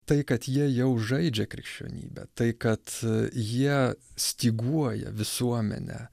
tai kad jie jau žaidžia krikščionybę tai kad jie styguoja visuomenę